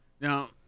Now